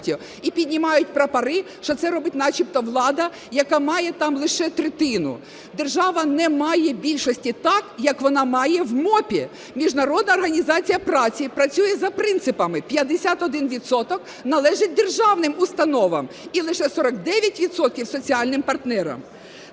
і піднімають прапори, що це робить начебто влада, яка має там лише третину. Держава не має більшості так, як вона має в МОП. Міжнародна організація праці працює за принципами: 51 відсоток належить державним установам і лише 49 відсотків соціальним партнерам.